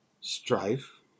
strife